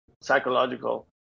psychological